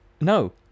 no